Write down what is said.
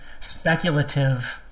speculative